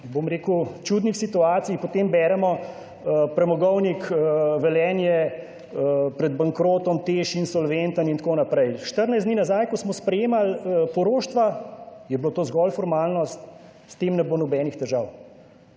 bom rekel, čudnih situacij. Potem beremo Premogovnik Velenje pred bankrotom, TEŠ insolventen in tako naprej. 14 dni nazaj, ko smo sprejemali poroštva, je bilo to zgolj formalnost, s tem ne bo nobenih težav.